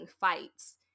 fights